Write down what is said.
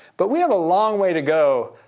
but we have a long way to go,